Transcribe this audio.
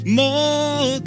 more